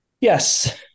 Yes